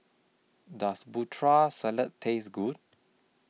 Does Putri Salad Taste Good